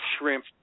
shrimp